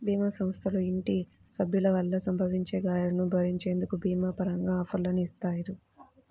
భీమా సంస్థలు ఇంటి సభ్యుల వల్ల సంభవించే గాయాలను భరించేందుకు భీమా పరంగా ఆఫర్లని ఇత్తాయి